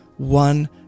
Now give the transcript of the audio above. one